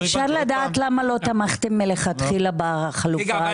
אפשר לדעת למה לא תמכתם לכתחילה בחלופה